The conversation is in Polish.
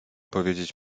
powiedzieć